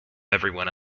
everyone